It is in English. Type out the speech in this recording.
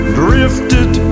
drifted